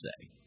say